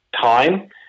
time